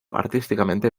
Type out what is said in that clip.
artísticamente